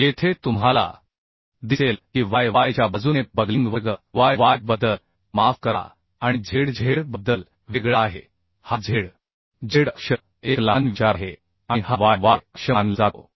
येथे तुम्हाला दिसेल की y yच्या बाजूने बकलिंग वर्ग y y बद्दल माफ करा आणि z z बद्दल वेगळा आहे हा z z अक्ष एक लहान विचार आहे आणि हा y yअक्ष मानला जातो